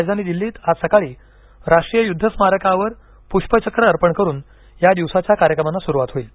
राजधानी दिल्लीत आज सकाळी राष्ट्रीय युद्ध स्मारकावर पुष्पचक्र अर्पण करून या दिवसाच्या कार्यक्रमांना सुरुवात होईल